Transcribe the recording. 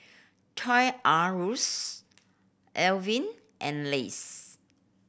Toy R Ruse and Lays